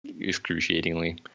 excruciatingly